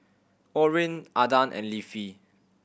Orrin Adan and Leafy